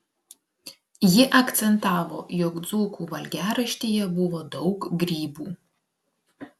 ji akcentavo jog dzūkų valgiaraštyje buvo daug grybų